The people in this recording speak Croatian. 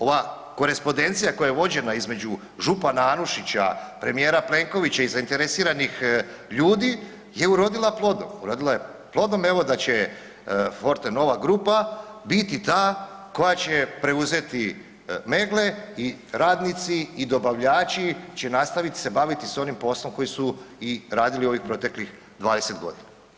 Ova korespondencija koja je vođena između župana Anušića, premija Plenkovića i zainteresiranih ljudi je urodila plodom, urodila je plodom evo da će Forte nova grupa biti ta koja će preuzeti Meggle i radnici i dobavljači će nastavit se baviti s onim poslom koji su i radili ovih proteklih 20 godina.